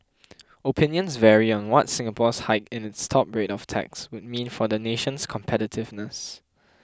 opinions vary on what Singapore's hike in its top rate of tax would mean for the nation's competitiveness